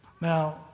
Now